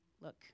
look